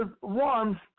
one